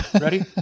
Ready